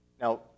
Now